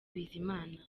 bizimana